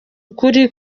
ukuri